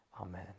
Amen